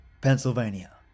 Pennsylvania